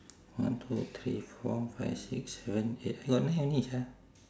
one two three four five six seven eight I got nine only sia